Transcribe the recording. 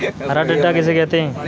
हरा टिड्डा किसे कहते हैं?